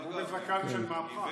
הוא בזקן של מהפכן.